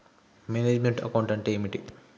Manage meant account అంటే ఏమిటి?